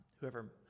whoever